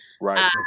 Right